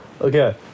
Okay